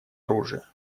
оружия